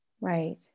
Right